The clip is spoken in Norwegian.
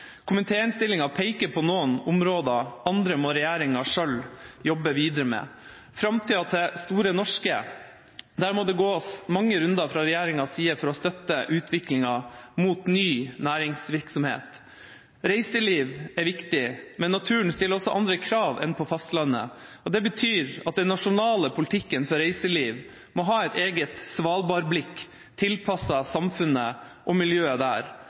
peker på noen områder, andre må regjeringa selv jobbe videre med. Når det gjelder framtida til Store Norske, må det gås mange runder fra regjeringas side for å støtte utviklingen mot ny næringsvirksomhet. Reiseliv er viktig, men naturen stiller også andre krav enn på fastlandet. Det betyr at den nasjonale politikken for reiseliv må ha et eget Svalbard-blikk som er tilpasset samfunnet og miljøet der.